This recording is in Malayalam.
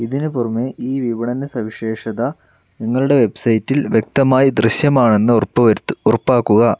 ഇതിനു പുറമേ ഈ വിപണന സവിശേഷത നിങ്ങളുടെ വെബ്സൈറ്റിൽ വ്യക്തമായി ദൃശ്യമാണെന്ന് ഉറപ്പ് വരുത്ത് ഉറപ്പാക്കുക